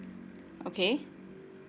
okay